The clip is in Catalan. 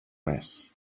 res